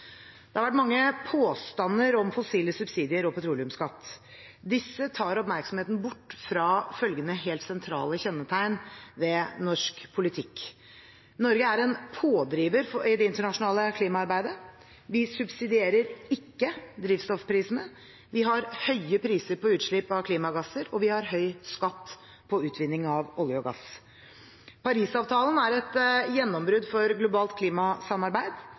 Det har vært mange påstander om fossile subsidier og petroleumsskatt. Disse tar oppmerksomheten bort fra følgende helt sentrale kjennetegn ved norsk politikk: Norge er en pådriver i det internasjonale klimaarbeidet. Vi subsidierer ikke drivstoffprisene. Vi har høye priser på utslipp av klimagasser. Vi har høy skatt på utvinning av olje og gass. Paris-avtalen er et gjennombrudd for globalt klimasamarbeid.